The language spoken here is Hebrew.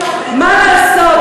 מה לעשות,